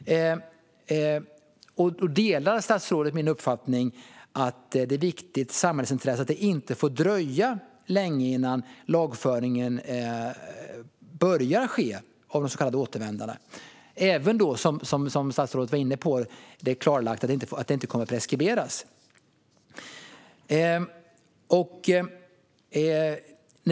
Delar statsrådet min uppfattning att det är ett viktigt samhällsintresse att det inte får dröja länge innan lagföring börjar ske av de så kallade återvändarna även om det, som statsrådet var inne på, är klarlagt att brotten inte kommer att preskriberas?